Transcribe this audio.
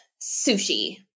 sushi